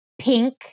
pink